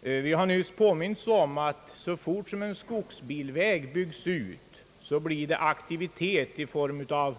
Vi har nyss påmints om att så fort en skogsbilväg byggs ut blir det aktivitet i form av